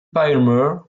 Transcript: palmer